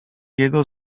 jego